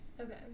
Okay